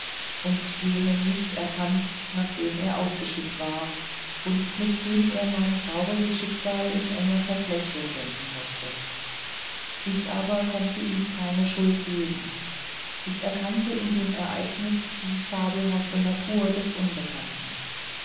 und jenen nicht erkannt nach dem er ausgeschickt war und mit dem er mein trauriges schicksal in enger verflechtung denken mußte ich aber konnte ihm keine schuld geben ich erkannte in dem ereignis die fabelhafte natur des unbekannten